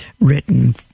written